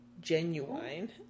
Genuine